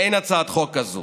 אין הצעת חוק כזאת.